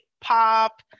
pop